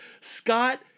Scott